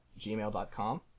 gmail.com